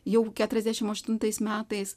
jau keturiasdešimt aštuntais metais